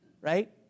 right